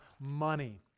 money